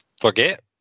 Forget